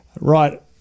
Right